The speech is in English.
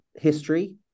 history